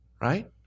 right